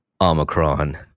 Omicron